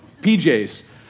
PJs